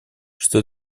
что